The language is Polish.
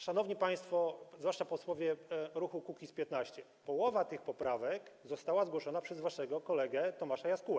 Szanowni państwo, zwłaszcza posłowie ruchu Kukiz’15, połowa tych poprawek została zgłoszona przez waszego kolegę Tomasza Jaskółę.